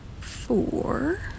four